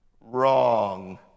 Wrong